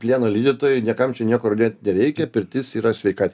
plieno lydytojai niekam čia niekur dėt nereikia pirtis yra sveika